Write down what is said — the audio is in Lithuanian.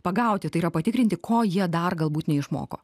pagauti tai yra patikrinti ko jie dar galbūt neišmoko